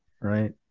Right